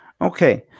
Okay